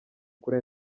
kuri